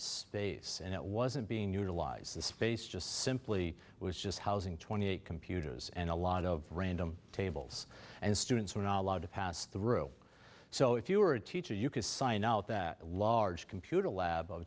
base and it wasn't being utilized the space just simply was just housing twenty eight computers and a lot of random tables and students were not allowed to pass through so if you were a teacher you could sign out that large computer lab